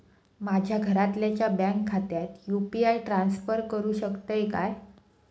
माझ्या घरातल्याच्या बँक खात्यात यू.पी.आय ट्रान्स्फर करुक शकतय काय?